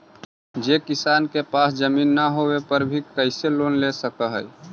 जे किसान के पास जमीन न होवे पर भी कैसे लोन ले सक हइ?